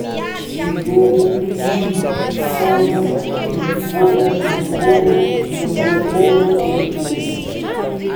Zero, dimy, fôlo, dimy ambin'ny fôlo, rôpolo, dimy ambirôpôlo, telopôlo.